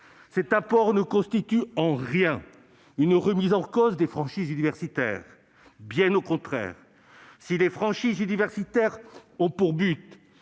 Cet apport ne constitue en rien une remise en cause des franchises universitaires. Bien au contraire, si les franchises universitaires ont pour but